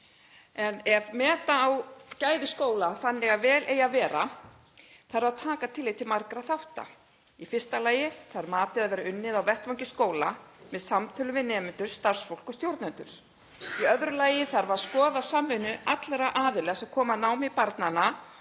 Ef meta á gæði skóla þannig að vel eigi að vera þarf að taka tillit til margra þátta. Í fyrsta lagi þarf matið að verið unnið á vettvangi skóla með samtölum við nemendur, starfsfólk og stjórnendur. Í öðru lagi þarf að skoða samvinnu allra aðila sem koma að námi barnanna